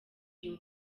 uyu